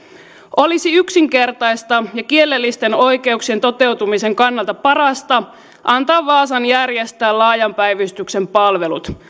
olisi yksinkertaista ja kielellisten oikeuksien toteutumisen kannalta parasta antaa vaasan järjestää laajan päivystyksen palvelut